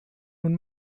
nun